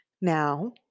Now